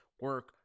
Work